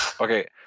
okay